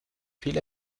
viel